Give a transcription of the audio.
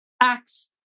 acts